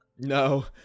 No